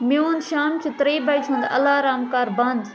میون شامچہِ ترٛیٚیہِ بجہِ ہُنٛد الارم کَر بنٛد